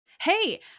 Hey